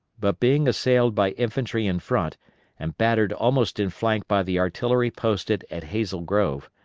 but being assailed by infantry in front and battered almost in flank by the artillery posted at hazel grove,